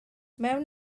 mewn